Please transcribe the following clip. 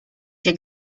się